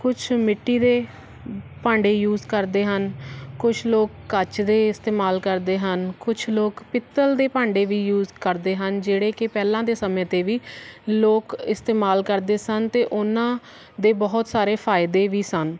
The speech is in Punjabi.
ਕੁਛ ਮਿੱਟੀ ਦੇ ਭਾਂਡੇ ਯੂਜ ਕਰਦੇ ਹਨ ਕੁਛ ਲੋਕ ਕੱਚ ਦੇ ਇਸਤੇਮਾਲ ਕਰਦੇ ਹਨ ਕੁਛ ਲੋਕ ਪਿੱਤਲ ਦੇ ਭਾਂਡੇ ਵੀ ਯੂਜ ਕਰਦੇ ਹਨ ਜਿਹੜੇ ਕਿ ਪਹਿਲਾਂ ਦੇ ਸਮੇਂ 'ਤੇ ਵੀ ਲੋਕ ਇਸਤੇਮਾਲ ਕਰਦੇ ਸਨ ਅਤੇ ਉਹਨਾਂ ਦੇ ਬਹੁਤ ਸਾਰੇ ਫਾਇਦੇ ਵੀ ਸਨ